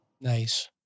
Nice